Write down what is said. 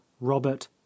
robert